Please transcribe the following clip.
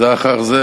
זה אחר זה,